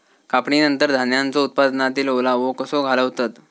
कापणीनंतर धान्यांचो उत्पादनातील ओलावो कसो घालवतत?